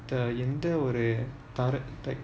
the எந்த ஒரு:entha oru l~ like